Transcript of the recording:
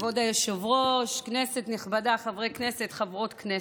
כבוד היושב-ראש, כנסת נכבדה, חברי הכנסת,